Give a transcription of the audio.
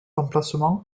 emplacement